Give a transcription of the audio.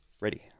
Ready